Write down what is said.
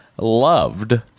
loved